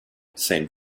seemed